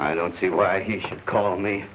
i don't see why he should call me